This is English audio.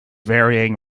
varying